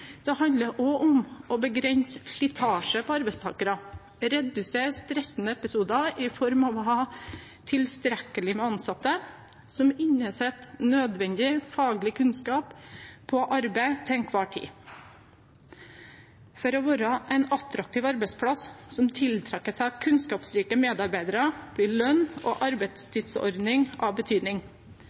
det handler også om å begrense slitasjen på arbeidstakerne, redusere stressende episoder i form av å ha tilstrekkelig med ansatte som besitter nødvendig faglig kunnskap på arbeid til enhver tid. For å være en attraktiv arbeidsplass som tiltrekker seg kunnskapsrike medarbeidere, vil lønn og arbeidstidsordning ha betydning.